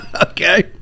Okay